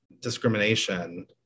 discrimination